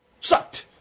Sucked